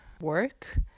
work